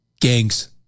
Gangs